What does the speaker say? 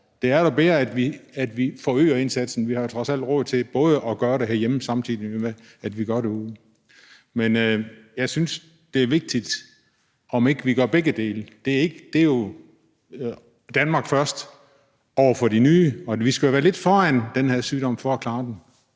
Det er da bedre, at vi forøger indsatsen. Vi har jo trods alt råd til både at gøre det herhjemme, samtidig med at vi gør det derude. Men jeg synes, det er vigtigt, at vi gør begge dele. Det er jo ikke Danmark først over for de nye, og vi skal jo være lidt foran den her sygdom for at klare den.